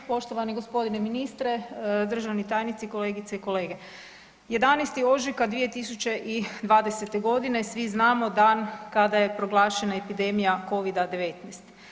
Poštovani gospodine ministre, državni tajnici, kolegice i kolege, 11. ožujka 2020. svi znamo dan kada je proglašena epidemija Covida-19.